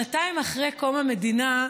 שנתיים אחרי קום המדינה,